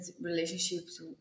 relationships